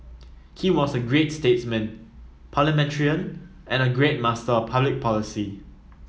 he was a great statesman parliamentarian and a great master of public policy